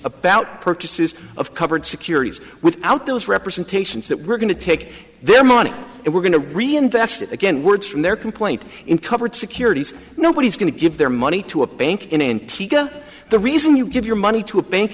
about purchases of covered securities without those representations that we're going to take their money and we're going to reinvest it again words from their can point in covered securities nobody's going to give their money to a bank in antigua the reason you give your money to a bank